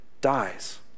dies